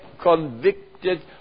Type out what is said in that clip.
convicted